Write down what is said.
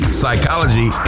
psychology